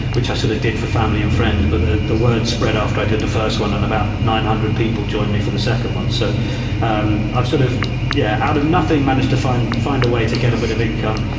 which i sort of did for family and friends. but the the word spread after i did the first one and about nine hundred people joined me for the second one. so um i've sort of yeah, out of nothing managed to find find a way to get a bit of income.